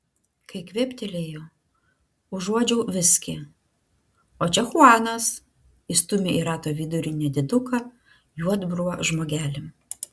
kai kvėptelėjo užuodžiau viskį o čia chuanas įstūmė į rato vidurį nediduką juodbruvą žmogelį